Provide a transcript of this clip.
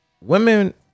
Women